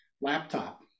laptop